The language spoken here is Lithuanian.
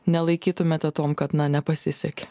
nelaikytumėte tuom kad na nepasisekė